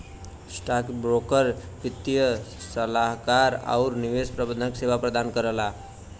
stockbroker वित्तीय सलाहकार आउर निवेश प्रबंधन सेवा प्रदान कर सकला